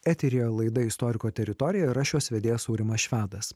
eteryje laidą istoriko teritorija ir aš jos vedėjas aurimas švedas